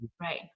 right